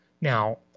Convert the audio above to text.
Now